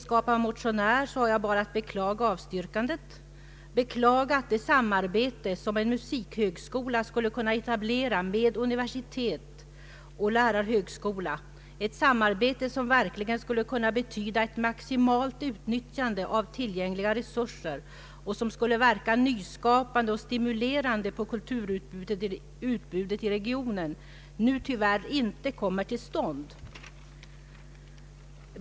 Som motionär har jag bara att beklaga avstyrkandet och beklaga att det samarbete som en musikhögskola skulle kunna etablera med universitet och lärarhögskola — ett samarbete som verkligen skulle kunna betyda ett maximalt utnyttjande av tillgängliga resurser och som skulle verka nyskapande och stimulerande på kulturutbudet i regionen — nu tyvärr inte kommer till stånd.